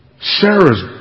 Sarah's